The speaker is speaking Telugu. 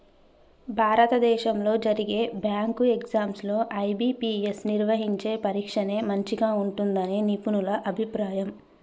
భారతదేశంలో జరిగే బ్యాంకు ఎగ్జామ్స్ లో ఐ.బీ.పీ.ఎస్ నిర్వహించే పరీక్షనే మంచిగా ఉంటుందని నిపుణుల అభిప్రాయం